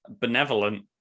benevolent